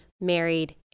married